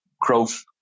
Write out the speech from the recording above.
growth